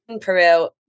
Peru